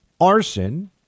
arson